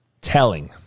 telling